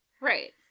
Right